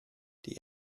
die